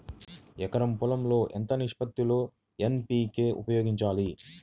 ఎకరం పొలం లో ఎంత నిష్పత్తి లో ఎన్.పీ.కే ఉపయోగించాలి?